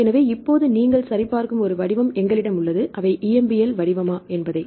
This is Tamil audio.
எனவே இப்போது நீங்கள் சரிபார்க்கும் ஒரு வடிவம் எங்களிடம் உள்ளதுஅவை EMBL வடிவமா என்பதை